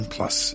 Plus